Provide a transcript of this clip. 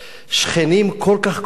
שכנים כל כך קרובים